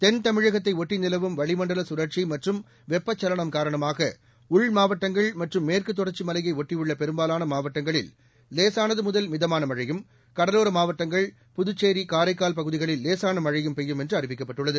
தென்தமிழகத்தை ஒட்டி நிலவும் வளிமண்டல சுழற்சி மற்றும் வெப்பச்சலனம் காரணமாக உள் மாவட்டங்கள் மற்றும் மேற்குத் தொடர்ச்சி மலையை ஒட்டியுள்ள பெரும்பாலான மாவட்டங்களில் லேசானது முதல் மிதமான மழையும் கடலார மாவட்டங்கள் புதுச்சேரி காரைக்கால் பகுதிகளில் லேசான மழையும் பெய்யும் என்று அறிவிக்கப்பட்டுள்ளது